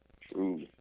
True